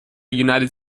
united